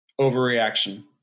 overreaction